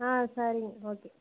ஆ சரிங்க ஓகே